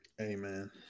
Amen